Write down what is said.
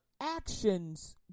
actions